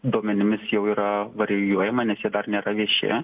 duomenimis jau yra varijuojama nes jie dar nėra vieši